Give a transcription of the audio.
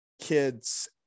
kids